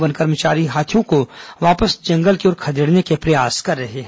one कर्मचारी हाथियों को वापस जंगल की ओर खदेड़ने के प्रयास कर रहे हैं